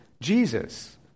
Jesus